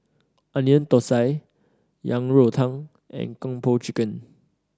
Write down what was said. Onion Thosai Yang Rou Tang and Kung Po Chicken